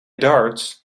darts